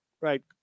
right